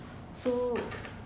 so